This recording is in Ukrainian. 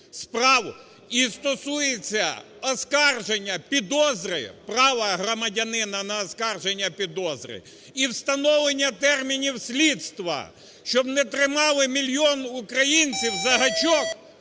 і стосується оскарження підозри, права громадянина на оскарження підозри. І встановлення термінів слідства. Щоб не тримали мільйон українців "за гачок"